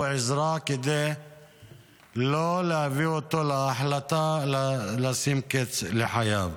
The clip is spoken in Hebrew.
עזרה כדי להביא אותו להחלטה לא לשים קץ לחייו.